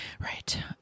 Right